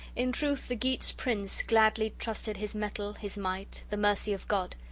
in truth, the geats' prince gladly trusted his mettle, his might, the mercy of god!